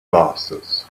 glasses